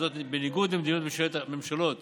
וזאת בניגוד למדיניות הממשלות